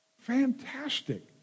Fantastic